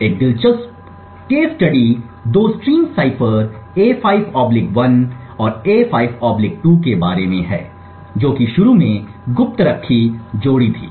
एक दिलचस्प case study दो स्ट्रीम साइफर A5 1 और A5 2 के बारे में है जो कि शुरू में गुप्त रखी जोड़ी थी